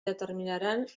determinaran